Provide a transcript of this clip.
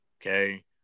okay